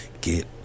get